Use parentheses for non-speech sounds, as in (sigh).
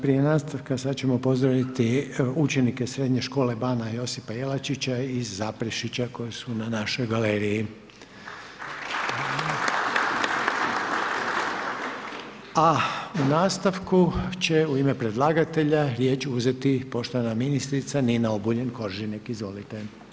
Prije nastavka sada ćemo pozdraviti učenike Srednje škole Bana Josipa Jelačića koji su na našoj galeriji. (applause) A u nastavku će u ime predlagatelja riječ uzeti poštovana ministrica Nina Obuljen Koržinek, izvolite.